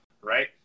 right